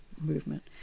movement